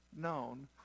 known